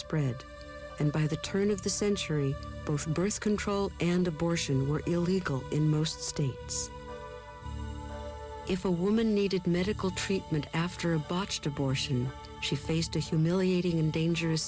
spread and by the turn of the century both birth control and abortion were illegal in most states if a woman needed medical treatment after a botched abortion she faced a humiliating and dangerous